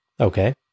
Okay